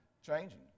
Changing